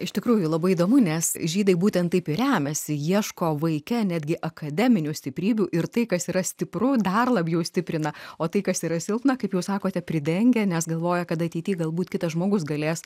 iš tikrųjų labai įdomu nes žydai būtent taip remiasi ieško vaike netgi akademinių stiprybių ir tai kas yra stipru dar labiau stiprina o tai kas yra silpna kaip jūs sakote pridengia nes galvoja kad ateityje galbūt kitas žmogus galės